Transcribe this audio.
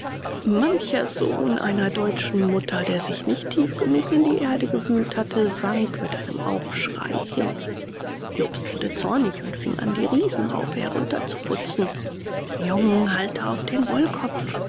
mancher sohn einer deutschen mutter der sich nicht tief genug in die erde gewühlt hatte sank mit einem aufschrei hin jobst wurde zornig und fing an die riesenraupen herunterzuputzen jung halte auf den wollkopf